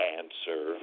answer